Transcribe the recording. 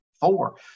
four